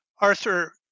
Arthur